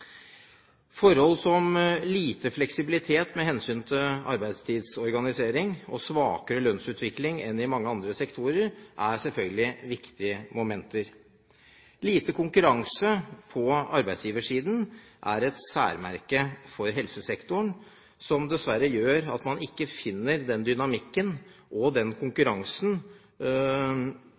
Forhold som lite fleksibilitet med hensyn til arbeidstidsorganisering og svakere lønnsutvikling enn i mange andre sektorer er selvfølgelig viktige momenter. Lite konkurranse på arbeidsgiversiden er et særmerke for helsesektoren. Dette gjør dessverre at man ikke finner den dynamikken og den konkurransen